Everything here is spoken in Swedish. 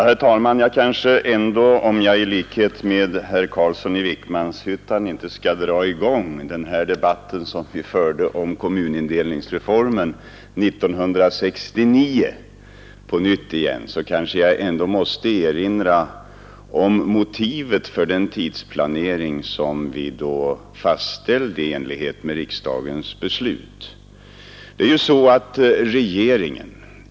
Herr talman! Jag skall kanske i likhet med herr Carlsson i Vikmanshyttan undvika att på nytt dra i gång den debatt som vi förde om kommunindelningsreformen 1969, men jag måste erinra om motivet för den tidsplanering som riksdagen då fastställde.